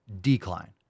decline